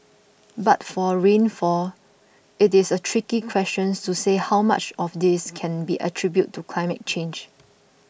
but for rainfall it is a tricky questions to say how much of this can be attributed to climate change